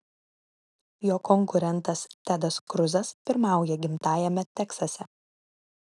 jo konkurentas tedas kruzas pirmauja gimtajame teksase